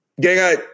Gang